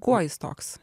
kuo jis toks